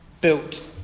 built